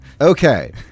okay